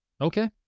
okay